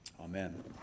Amen